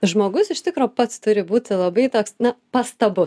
žmogus iš tikro pats turi būti labai toks na pastabus